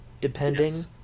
depending